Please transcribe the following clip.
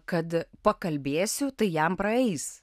kad pakalbėsiu tai jam praeis